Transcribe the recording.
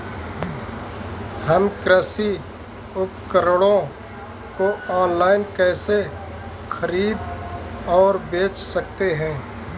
हम कृषि उपकरणों को ऑनलाइन कैसे खरीद और बेच सकते हैं?